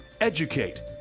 educate